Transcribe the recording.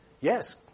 Yes